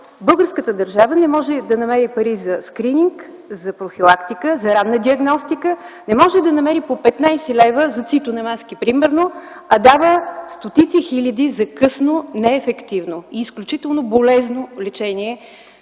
българската държава не може да намери пари за скрининг, за профилактика, за ранна диагностика. Не може да намери по 15 лв. за цитонамаски, примерно, а дава стотици хиляди за късно, неефективно и изключително болезнено лечение,